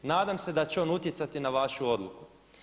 Nadam se da će on utjecati na vašu odluku.